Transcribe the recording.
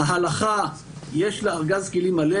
להלכה יש ארגז כלים מלא,